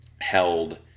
held